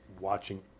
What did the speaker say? watching